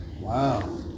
Wow